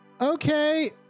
Okay